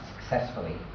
successfully